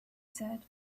said